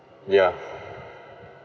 ya